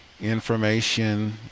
information